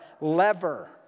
lever